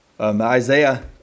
Isaiah